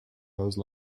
those